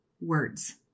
words